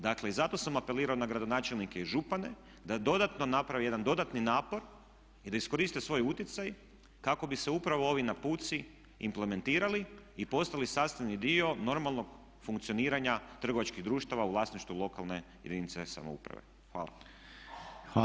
Dakle i zato sam apelirao na gradonačelnike i župane da dodatno napravi jedan dodatni napor i da iskoriste svoj utjecaj kako bi se upravo ovi napuci implementirali i postali sastavni dio normalnog funkcioniranja trgovačkih društava u vlasništvu lokalne jedinice samouprave.